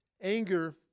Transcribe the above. Anger